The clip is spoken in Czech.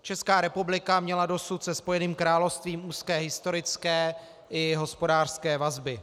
Česká republika měla dosud se Spojeným královstvím úzké historické i hospodářské vazby.